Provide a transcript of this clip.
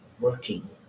working